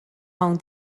hawn